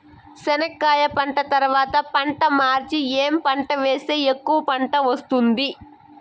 చెనక్కాయ పంట తర్వాత పంట మార్చి ఏమి పంట వేస్తే ఎక్కువగా పంట వస్తుంది?